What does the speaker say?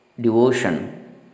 devotion